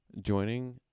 joining